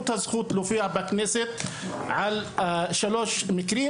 את הזכות להופיע בכנסת על השלוש מקרים,